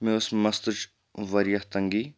مےٚ اوس مستٕچ واریاہ تنٛگی